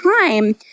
time